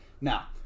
Now